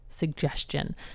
suggestion